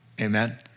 Amen